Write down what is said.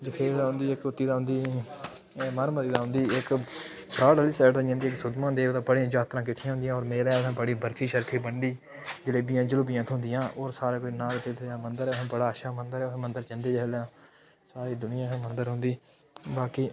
जखेड़ औंदी इक उत्ती दा औंदी मढ़ म्हल्ले औंदी इक साह्ड़ आह्ली साइड दा आई जंदी इक सुद्ध महादेव दा बड़ियां जात्तरां किट्ठियां होंदियां और मेले उत्थै बर्फी बुर्फी बनदी जलेबियां जलूबियां थ्होंदियां होर साढ़े उद्धर नाग देवते दा मंदर ऐ बड़ा अच्छा मंदर ऐ मंदर जंदे जिसलै सारी दुनिया उत्थै मंदर औंदी बाकी